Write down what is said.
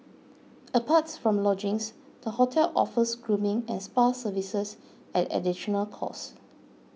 apart from lodgings the hotel offers grooming and spa services at additional cost